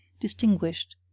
distinguished